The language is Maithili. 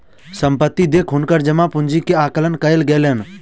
संपत्ति देख हुनकर जमा पूंजी के आकलन कयल गेलैन